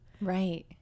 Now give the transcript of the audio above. Right